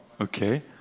Okay